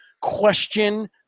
question